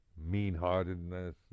mean-heartedness